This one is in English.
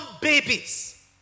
babies